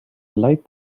light